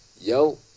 yo